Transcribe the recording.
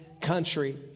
country